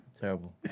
terrible